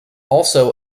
also